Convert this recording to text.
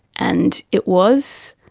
and it was.